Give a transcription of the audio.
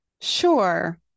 Sure